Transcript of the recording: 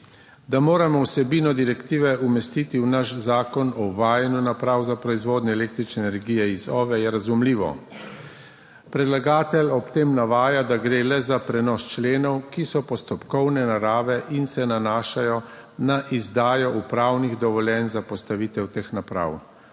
Da moramo vsebino direktive umestiti v naš zakon o uvajanju naprav za proizvodnjo električne energije iz OVE, je razumljivo. Predlagatelj ob tem navaja, da gre le za prenos členov, ki so postopkovne narave in se nanašajo na izdajo upravnih dovoljenj za postavitev teh naprav,